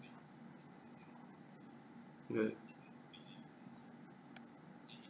ya